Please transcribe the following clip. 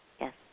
Yes